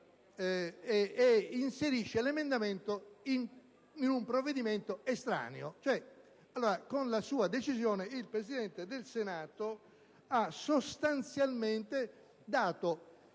e inserisce l'emendamento in un provvedimento estraneo. Con la sua decisione il presidente del Senato ha sostanzialmente dato